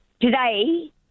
today